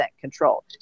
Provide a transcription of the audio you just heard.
control